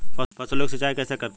फसलों की सिंचाई कैसे करते हैं?